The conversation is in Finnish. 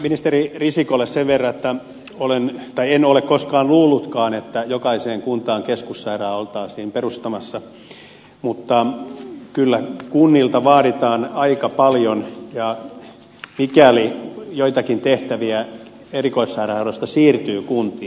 ministeri risikolle sen verran että en ole koskaan luullutkaan että jokaiseen kuntaan keskussairaala oltaisiin perustamassa mutta kyllä kunnilta vaaditaan aika paljon mikäli joitakin tehtäviä erikoissairaanhoidosta siirtyy kuntiin